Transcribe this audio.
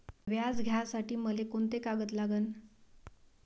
व्याज घ्यासाठी मले कोंते कागद लागन?